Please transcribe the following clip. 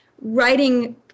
writing